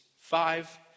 five